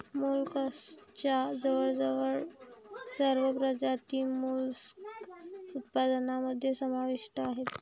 मोलस्कच्या जवळजवळ सर्व प्रजाती मोलस्क उत्पादनामध्ये समाविष्ट आहेत